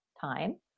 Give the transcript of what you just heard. time